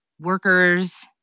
workers